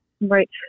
Right